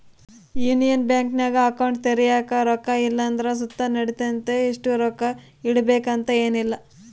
union ಬ್ಯಾಂಕಿನಾಗ account ತೆರ್ಯಾಕ ರೊಕ್ಕ ಇಲ್ಲಂದ್ರ ಸುತ ನಡಿತತೆ, ಇಷ್ಟು ರೊಕ್ಕ ಇಡುಬಕಂತ ಏನಿಲ್ಲ